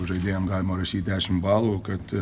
žaidėjam galima rašyt dešim balų kad